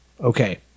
okay